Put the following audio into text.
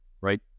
right